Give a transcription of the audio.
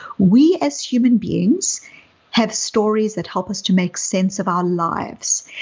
we as human beings have stories that help us to make sense of our lives.